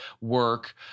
work